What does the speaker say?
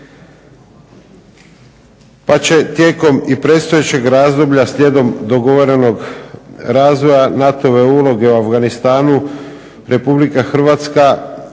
pa će tijekom i predstojećeg razdoblja slijedom dogovorenog razvoja NATO-ove uloge u Afganistanu Republika Hrvatska